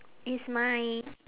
it's my